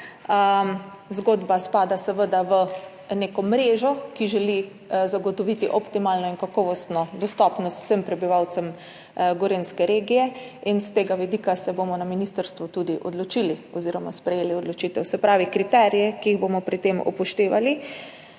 Zgodba spada seveda v neko mrežo, ki želi zagotoviti optimalno in kakovostno dostopnost vsem prebivalcem gorenjske regije. S tega vidika se bomo na ministrstvu tudi odločili oziroma sprejeli odločitev. Se pravi, kriteriji, ki jih bomo pri tem upoštevali,